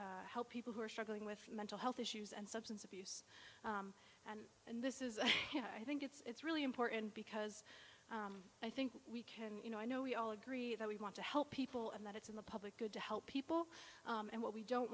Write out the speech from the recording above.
know help people who are struggling with mental health issues and substance abuse and and this is i think it's really important because i think we can you know i know we all agree that we want to help people and that it's in the public good to help people and what we don't